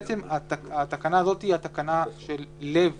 התקנה הזאת היא התקנה של לב